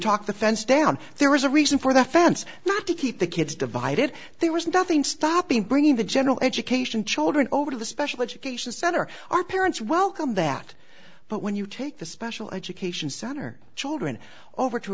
talked the fence down there was a reason for the fence not to keep the kids divided there was nothing stopping bringing the general education children over to the special education center our parents welcome that but when you take the special education center children over to